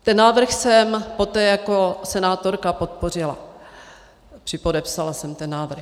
Ten návrh jsem poté jako senátorka podpořila, připodepsala jsem ten návrh.